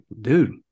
dude